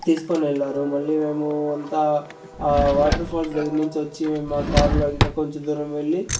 తీసుకొని వెళ్ళారు మళ్ళీ మేము అంతా ఆ వాటర్ ఫాల్స్ దగ్గిర నించి వచ్చి మా కారులో ఇంకా కొంచెం దూరం వెళ్ళి